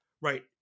right